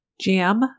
Jam